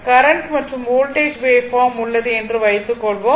current மற்றும் voltage waveform உள்ளது என்று வைத்துக்கொள்வோம்